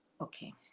okay